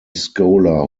scholar